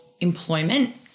employment